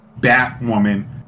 Batwoman